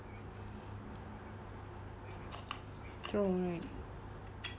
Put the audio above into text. throw away right